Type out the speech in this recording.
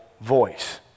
voice